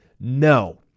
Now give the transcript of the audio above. No